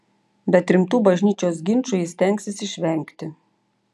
bet rimtų bažnyčios ginčų ji stengsis išvengti